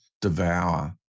devour